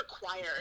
required